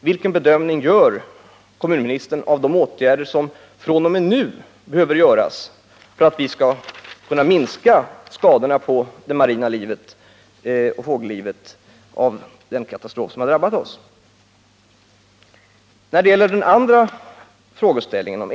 Vilken bedömning gör kommunministern när det gäller de åtgärder som fr.o.m. nu behöver vidtas för att vi efter den katastrof som har drabbat oss skall kunna minska skadorna på det marina livet och på fågellivet?